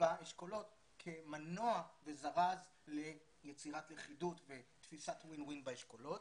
באשכולות כמנוע וזרז ליצירת לכידות ותפיסת win win באשכולות.